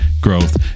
growth